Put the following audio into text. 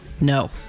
no